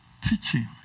teaching